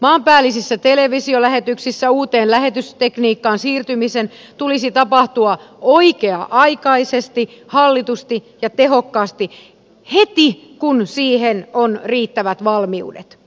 maanpäällisissä televisiolähetyksissä uuteen lähetystekniikkaan siirtymisen tulisi tapahtua oikea aikaisesti hallitusti ja tehokkaasti heti kun siihen on riittävät valmiudet